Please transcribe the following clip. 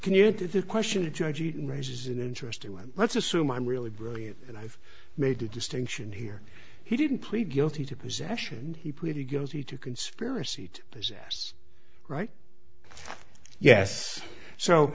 can you add to the question a judge eaton raises an interesting one let's assume i'm really brilliant and i've made a distinction here he didn't plead guilty to possession and he pleaded guilty to conspiracy to possess right yes so